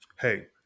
hey